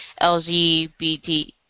LGBT